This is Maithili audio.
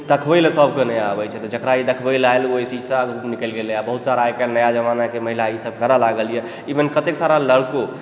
देखबै लए सबके नइँ आबै छै तऽ जकरा ई देखबै लए आएल ओइ चीजसँ आगू निकलि गेलय आ बहुत सारा आइकालि नया जमानाके महिला ई सब करऽ लागलयऽ इवेन कतेक सारा लड़को